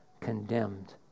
condemned